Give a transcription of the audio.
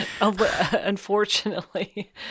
Unfortunately